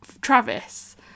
Travis